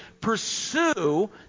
pursue